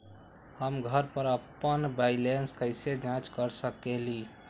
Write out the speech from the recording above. हम घर पर अपन बैलेंस कैसे जाँच कर सकेली?